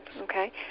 okay